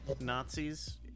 Nazis